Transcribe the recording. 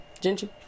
ginger